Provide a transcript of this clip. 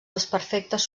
desperfectes